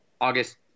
August